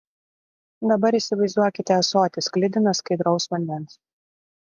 dabar įsivaizduokite ąsotį sklidiną skaidraus vandens